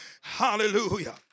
Hallelujah